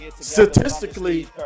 Statistically